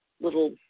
little